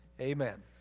Amen